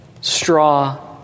straw